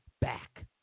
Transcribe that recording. back